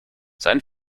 sein